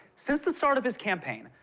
since the start of his campaign,